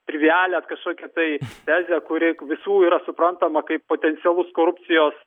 trivialią kažkokią tai tezę kuri visų yra suprantama kaip potencialus korupcijos